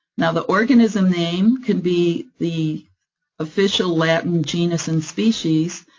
now the organism name can be the official latin genus and species,